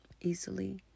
easily